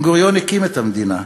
בן-גוריון הקים את המדינה,